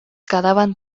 quedaven